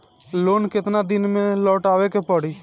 Loan केतना दिन में लौटावे के पड़ी?